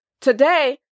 Today